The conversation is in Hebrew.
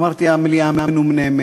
אמרתי: המליאה מנומנמת,